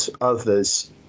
others